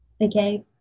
Okay